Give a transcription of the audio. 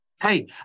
Hey